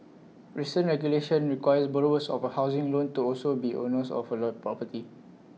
recent regulation requires borrowers of A housing loan to also be owners of alert property